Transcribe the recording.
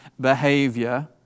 behavior